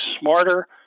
smarter